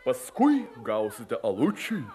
paskui gausite alučiui